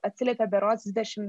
atsiliepė berods dvidešimt